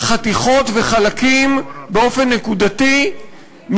חתיכות וחלקים באופן נקודתי,